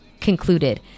concluded